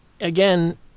again